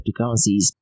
cryptocurrencies